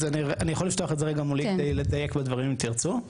אז אני יכול לפתוח את זה רגע מולי כדי לדייק בדברים אם תרצו,